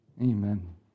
Amen